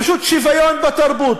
פשוט שוויון בתרבות.